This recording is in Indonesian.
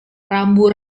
rambu